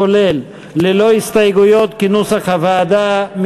כולל, ללא הסתייגויות, כנוסח הוועדה.